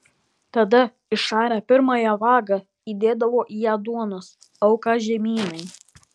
tada išarę pirmąją vagą įdėdavo į ją duonos auką žemynai